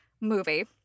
movie